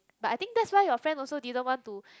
but I think that's why your friend also didn't want to